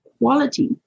quality